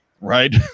Right